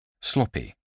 Sloppy